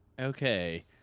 Okay